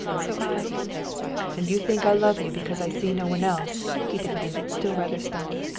so i and you think i love you because i see no one else? he demanded, still rather stunned.